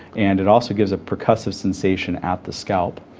and it also gives a percussive sensation at the scalp.